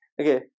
Okay